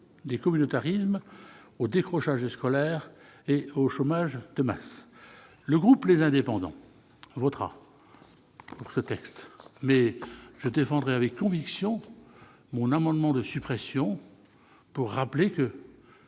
des communautarismes, au décrochage scolaire et au chômage de masse. Le groupe Les Indépendants votera ce texte, mais je défendrai avec conviction mon amendement visant à rappeler que